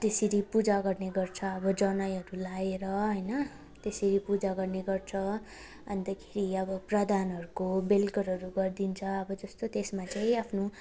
त्यसरी पूजा गर्ने गर्छ अब जनैहरू लाएर होइन त्यसरी पूजा गर्ने गर्छ अन्तखेरि अब प्रधानहरूको बेलकरहरू गरिदिन्छ अब जस्तो त्यसमा चाहिँ आफ्नो